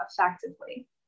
effectively